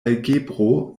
algebro